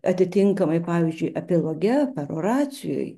atitinkamai pavyzdžiui epiloge peroracijoj